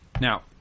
Now